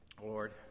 Lord